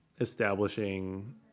establishing